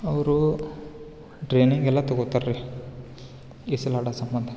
ಅವರು ಟ್ರೈನಿಂಗೆಲ್ಲ ತೊಗೋತಾರೆ ರೀ ಈಜಾಡೊ ಸಂಬಂಧ